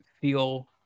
feel